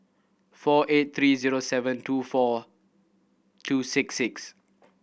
four eight three zero seven two four two six six